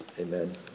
Amen